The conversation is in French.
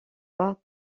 pas